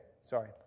sorry